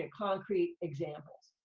ah concrete examples.